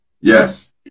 Yes